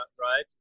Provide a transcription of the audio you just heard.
right